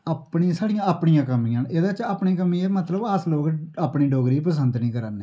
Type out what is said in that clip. अपनी साडियां अपनिया कमियां ना एहदे च आपनी कमी दा मतलब अस लोग अपनी डेगरी गी पसंद नेई करा ने